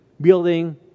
building